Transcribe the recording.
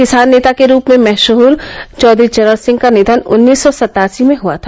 किसान नेता के रूप में मशह्र चौधरी चरण सिंह का निधन उन्नीस सौ सत्तासी में हुआ था